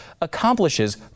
accomplishes